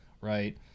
right